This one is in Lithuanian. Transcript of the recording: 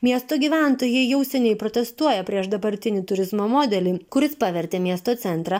miesto gyventojai jau seniai protestuoja prieš dabartinį turizmo modelį kuris pavertė miesto centrą